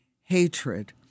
hatred